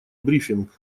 брифинг